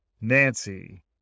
Nancy